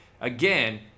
again